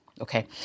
Okay